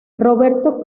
roberto